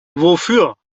wofür